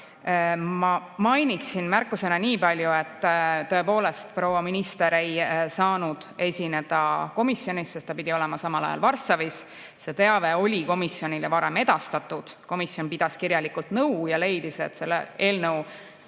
Ma mainiksin märkusena niipalju, et tõepoolest, proua minister ei saanud esineda komisjonis, sest ta pidi olema samal ajal Varssavis. See teave oli komisjonile varem edastatud. Komisjon pidas kirjalikult nõu ja leidis, et selle eelnõu